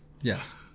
Yes